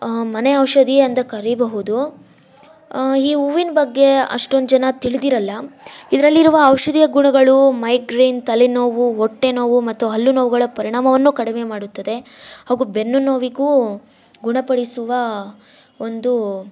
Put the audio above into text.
ಮನೆ ಔಷಧಿ ಅಂತ ಕರಿಬಹುದು ಈ ಹೂವಿನ್ ಬಗ್ಗೆ ಅಷ್ಟೊಂದು ಜನ ತಿಳಿದಿರಲ್ಲ ಇದರಲ್ಲಿರುವ ಔಷಧಿಯ ಗುಣಗಳು ಮೈಗ್ರೇನ್ ತಲೆನೋವು ಹೊಟ್ಟೆನೋವು ಮತ್ತು ಹಲ್ಲುನೋವುಗಳ ಪರಿಣಾಮವನ್ನು ಕಡಿಮೆ ಮಾಡುತ್ತದೆ ಹಾಗು ಬೆನ್ನು ನೋವಿಗೂ ಗುಣಪಡಿಸುವ ಒಂದು